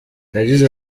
yagize